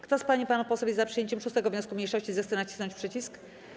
Kto z pań i panów posłów jest za przyjęciem 6. wniosku mniejszości, zechce nacisnąć przycisk.